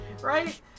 right